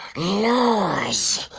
laws.